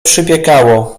przypiekało